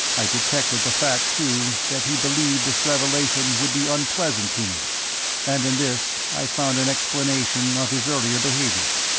i detected the fact, too, that he believed this revelation would be unpleasant to me and in this i found an explanation of his earlier behaviour.